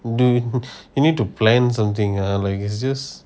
do you need to plan something ah like is just